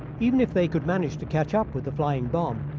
even if they could manage to catch up with the flying bomb,